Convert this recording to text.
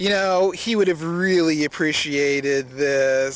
you know he would have really appreciated